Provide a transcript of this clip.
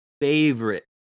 favorite